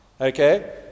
Okay